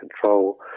control